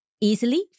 easily